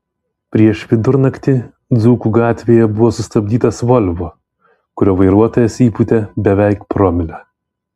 prieš vidurnaktį dzūkų gatvėje buvo sustabdytas volvo kurio vairuotojas įpūtė beveik promilę